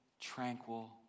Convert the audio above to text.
tranquil